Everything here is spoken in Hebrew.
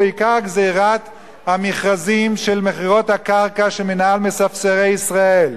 ובעיקר גזירת המכרזים של מכירות הקרקע של "מינהל מספסרי ישראל".